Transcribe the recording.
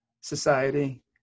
society